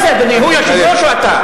מה זה, אדוני, הוא יושב-ראש או אתה?